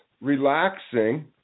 relaxing